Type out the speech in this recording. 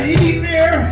easier